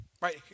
Right